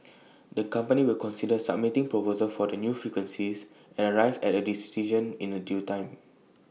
the company will consider submitting proposals for the new frequencies and arrive at A decision in A due time